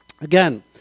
Again